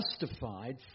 justified